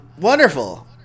wonderful